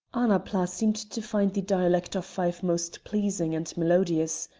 annapla seemed to find the dialect of fife most pleasing and melodious.